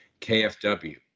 KFW